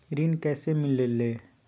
ऋण कईसे मिलल ले?